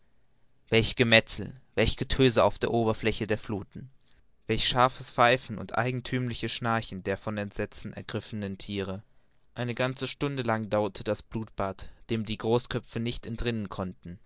welch gemetzel welches getöse auf der oberfläche der fluthen welch scharfes pfeifen und eigenthümliches schnarchen der von entsetzen ergriffenen thiere eine ganze stunde lang dauerte das blutbad dem die großköpfe nicht entrinnen konnten